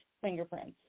fingerprints